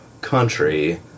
country